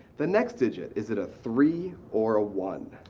the next digit, is it a three or a one?